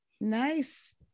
Nice